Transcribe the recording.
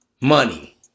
money